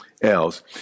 else